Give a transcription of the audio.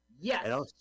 Yes